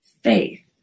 faith